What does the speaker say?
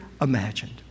imagined